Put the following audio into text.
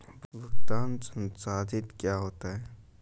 भुगतान संसाधित क्या होता है?